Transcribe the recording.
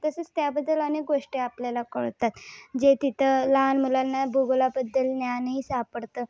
तसेच त्याबद्दल अनेक गोष्टी आपल्याला कळतात जे तिथं लहान मुलांना भूगोलाबद्दल ज्ञानही सापडतं